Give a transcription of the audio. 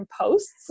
posts